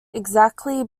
exactly